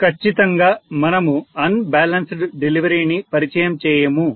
ఖచ్చితంగా మనము unbalanced డెలివరీని పరిచయం చేయము